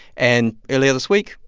and earlier this week,